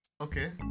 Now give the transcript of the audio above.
Okay